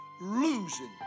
losing